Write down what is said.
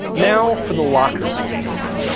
now for the locker swinging open.